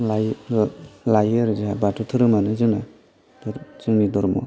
लायो आरो जोंहा बाथौ धोरोमानो जोंना जोंनि धोरोम